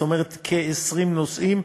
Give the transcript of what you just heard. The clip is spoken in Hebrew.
זאת אומרת כ-20 נושאים,